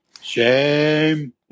Shame